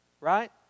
right